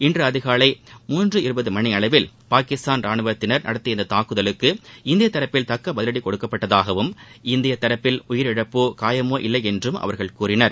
இன்று காலை மூன்று இருபது மணியளவில் பாகிஸ்தான் ரானுவத்தினர் நடத்திய இந்த தாக்குதலுக்கு இந்தியத் தரப்பில் தக்க பதில்டி கொடுக்கப்பட்டதாகவும் இந்தியத் தரப்பில் உயிரிழப்போ காயமோ இல்லையென்றும் அவர்கள் கூறினர்